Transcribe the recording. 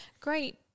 great